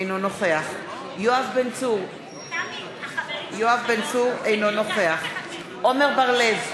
אינו נוכח יואב בן צור, אינו נוכח עמר בר-לב,